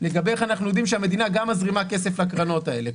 לגבי איך אנחנו יודעים שהמדינה מזרימה כסף לקרנות האלו,